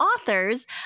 authors